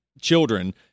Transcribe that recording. children